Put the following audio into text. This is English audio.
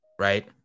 right